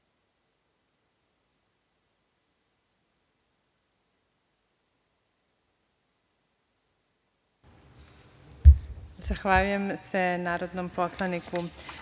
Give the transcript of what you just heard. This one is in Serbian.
Zahvaljujem se narodnoj poslanici,